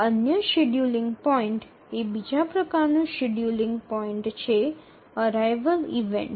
અન્ય scheduling point એ બીજા પ્રકારનું શેડ્યૂલિંગ પોઇન્ટ છે અરાઇવલ ઈવેન્ટસ